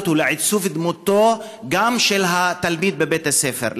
וגם לעיצוב דמותו של התלמיד בבית הספר.